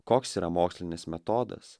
koks yra mokslinis metodas